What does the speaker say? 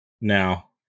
Now